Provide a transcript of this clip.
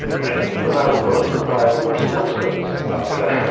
and i think you and i were both required to wear sports coats for that trip.